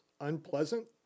unpleasant